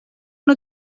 una